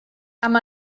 amb